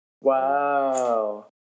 Wow